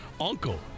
uncle